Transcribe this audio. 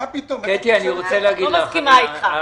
אני לא מסכימה אתך.